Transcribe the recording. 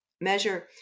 measure